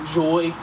joy